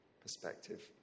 perspective